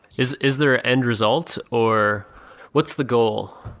is is there end results, or what's the goal?